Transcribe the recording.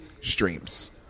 streams